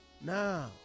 now